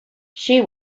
she